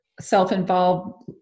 self-involved